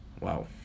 Wow